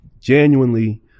genuinely